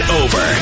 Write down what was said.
over